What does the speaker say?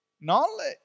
knowledge